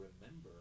remember